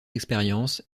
expériences